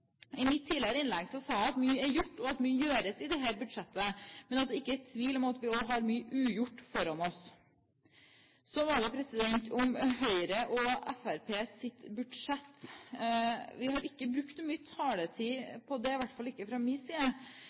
I mitt tidligere innlegg sa jeg at mye er gjort, og at mye gjøres i dette budsjettet, men at det ikke er tvil om at vi også har mye ugjort foran oss. Så til Høyres og Fremskrittspartiets budsjetter. Vi har ikke brukt så mye taletid på dem, i hvert fall ikke